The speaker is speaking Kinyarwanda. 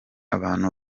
abantu